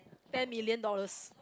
ten million dollars